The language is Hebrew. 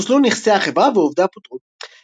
אז חוסלו נכסי החברה ועובדיה פוטרו.